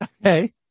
hey